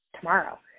tomorrow